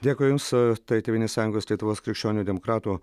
dėkui jums tėvynės sąjungos lietuvos krikščionių demokratų